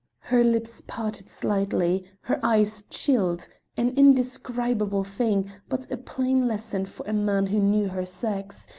her lips parted slightly, her eyes chilled an indescribable thing, but a plain lesson for a man who knew her sex,